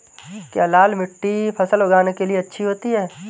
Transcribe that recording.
क्या लाल मिट्टी फसल उगाने के लिए अच्छी होती है?